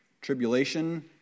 tribulation